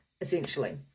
essentially